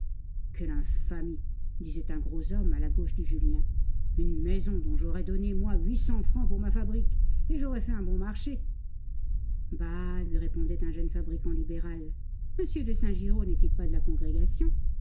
quelle infamie disait un gros homme à la gauche de julien une maison dont j'aurais donné moi huit cents francs pour ma fabrique et j'aurais fait un bon marché bah lui répondait un jeune fabricant libéral m de saint giraud n'est-il pas de la congrégation